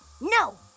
No